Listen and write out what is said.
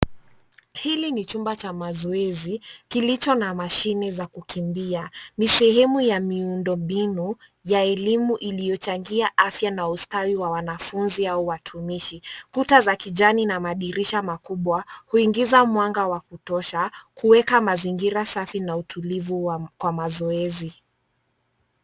Hili ni chumba cha mazoezi kilicho na mashine za kukimbia. Ni sehemu ya miundo mbinu ya elimu iliyochangia afya na ustawi wa wanafunzi au watumishi. Kuta za kijani na madirisha makubwa huingiza mwanga wa kutosha, kuweka mazingira safi na utulivu kwa mazoezi.